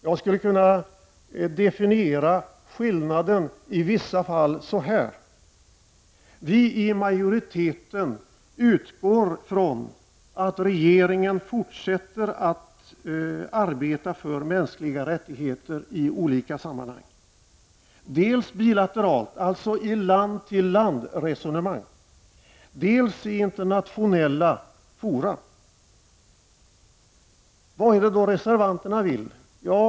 Jag skulle i vissa fall kunna definiera skillnaden på följande sätt: Vi i majoriteten utgår från att regeringen fortsätter att arbeta för mänskliga rättigheter i olika sammanhang, dels bilateralt, dvs. i resonemang land till land, dels i internationella fora. Vad är det då som reservanterna vill?